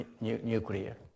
nuclear